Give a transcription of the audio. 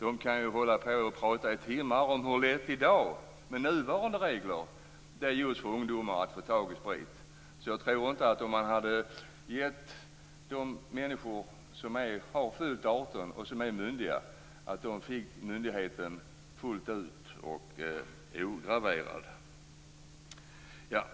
De kan prata i timmar om hur lätt det är för ungdomar i dag, med nuvarande regler, att få tag i sprit. Jag tycker att de som i dag har fyllt 18 år skall få utöva myndigheten ograverad.